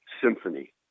symphony